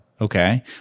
okay